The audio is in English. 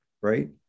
Right